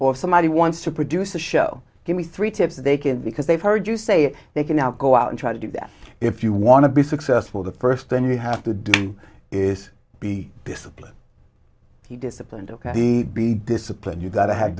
or somebody wants to produce a show give me three tips they can because they've heard you say they can now go out and try to do that if you want to be successful the first thing you have to do is be disciplined he disciplined ok he be disciplined you've got to have